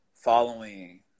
following